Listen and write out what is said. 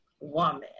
woman